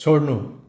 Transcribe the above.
छोड्नु